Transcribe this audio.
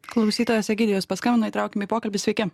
klausytojas egidijus paskambino įtraukim į pokalbį sveiki